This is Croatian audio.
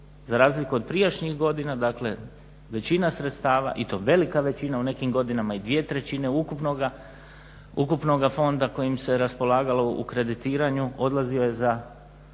Za razliku od prijašnjih godina većina sredstava i to velika većina u nekim godinama i 2/3 ukupnoga fonda kojim se raspolagalo u kreditiranju odlazio je za